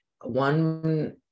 one-